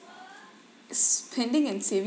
spending and saving